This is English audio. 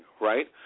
right